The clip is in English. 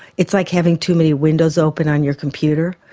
it's like having too many windows open on your computer.